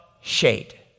shade